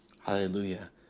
Hallelujah